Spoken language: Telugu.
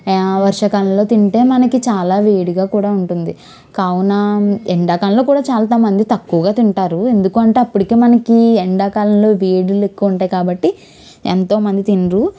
వర్షాకాలంలో తింటే మనకి చాలా వేడిగా కూడా ఉంటుంది కావునా ఎండాకాలంలో కూడా చాలా మంది తక్కువగా తింటారు ఎందుకు అంటే అప్పటికే మనకి ఎండా కాలంలో వేడిలు ఎక్కువ ఉంటాయి కాబట్టి ఎంతో మంది తినరు